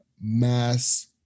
mass